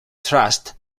trust